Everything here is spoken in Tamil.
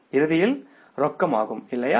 இறுதியில் ரொக்கம் ஆகும் இல்லையா